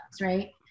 right